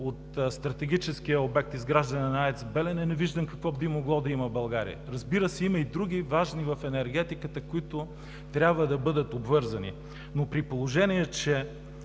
от стратегическия обект изграждане на АЕЦ „Белене“ не виждам какво би могло да има в България! Разбира се, има и други важни обекти в енергетиката, които трябва да бъдат обвързани. Но при положение че